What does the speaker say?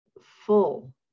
full